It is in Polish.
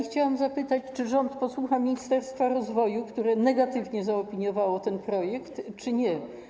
Chciałam zapytać, czy rząd posłucha Ministerstwa Rozwoju, które negatywnie zaopiniowało ten projekt, czy nie.